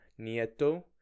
Nieto